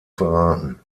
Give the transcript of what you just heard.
verraten